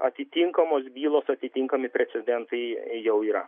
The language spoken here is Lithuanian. atitinkamos bylos atitinkami precedentai jau yra